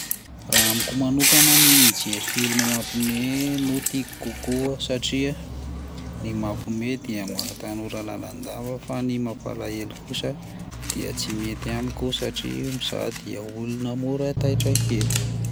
Raha amiko manokana ny mijery film mampihomehy no tiako kokoa satria mampihomehy dia maha tanora lalandava fa ny mampalahelo kosa tsy mety amiko satria izaho dia olona mora taitra kely.